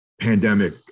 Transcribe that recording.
pandemic